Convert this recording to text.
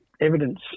evidence